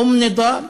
אום נידאל,